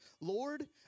Lord